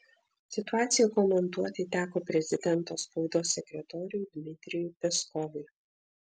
situaciją komentuoti teko prezidento spaudos sekretoriui dmitrijui peskovui